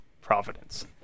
providence